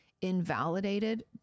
invalidated